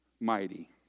mighty